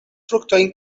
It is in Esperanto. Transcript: fruktojn